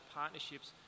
partnerships